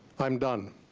i'm done.